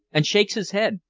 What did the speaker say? and shakes his head,